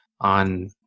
on